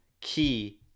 key